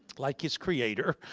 like his creator.